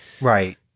Right